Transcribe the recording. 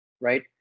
right